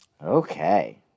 Okay